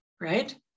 right